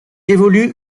évolue